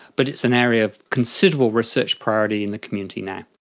but it's an area of considerable research priority in the community now.